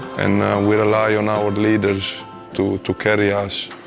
and we relied on our leaders to to carry us.